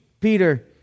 Peter